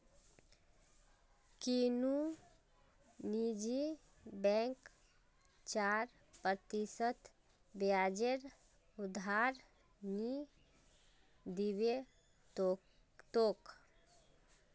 कुनु निजी बैंक चार प्रतिशत ब्याजेर उधार नि दीबे तोक